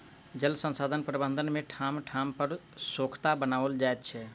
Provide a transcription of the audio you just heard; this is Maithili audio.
जल संसाधन प्रबंधन मे ठाम ठाम पर सोंखता बनाओल जाइत छै